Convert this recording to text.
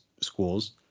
schools